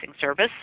service